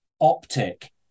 optic